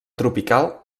tropical